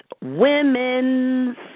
women's